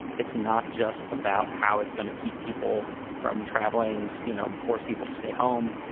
it's not just about how it's going to keep people from traveling. you know, forced people to stay home.